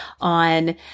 on